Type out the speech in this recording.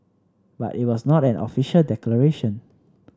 but it was not an official declaration